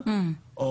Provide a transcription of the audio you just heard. במידע